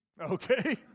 Okay